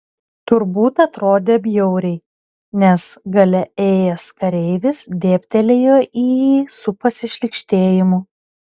turbūt atrodė bjauriai nes gale ėjęs kareivis dėbtelėjo į jį su pasišlykštėjimu